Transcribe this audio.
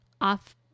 off